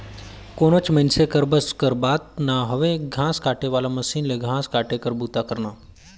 कोनोच मइनसे कर बस कर बात ना हवे घांस काटे वाला मसीन ले घांस काटे कर बूता करना